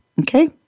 Okay